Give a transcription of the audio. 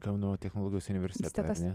kauno technologijos universitetu ar ne